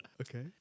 Okay